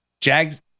Jags